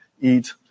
eat